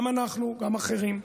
גם אנחנו, גם אחרים.